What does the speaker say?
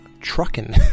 trucking